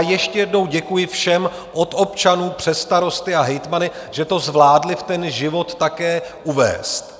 Ještě jednou děkuji všem občanům, přes starosty a hejtmany, že to zvládli v život také uvést.